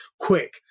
quick